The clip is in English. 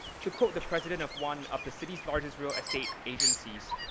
to quote the president of one of the city's largest rural estate agencies,